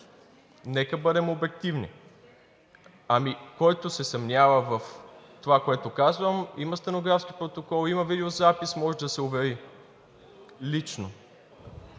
Нека бъдем обективни. Ами, който се съмнява в това, което казвам, има стенографски протокол, има видеозапис – може да се увери лично.